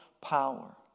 power